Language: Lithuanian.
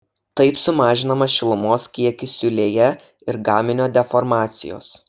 taip sumažinamas šilumos kiekis siūlėje ir gaminio deformacijos